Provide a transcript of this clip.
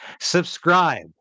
subscribe